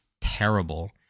terrible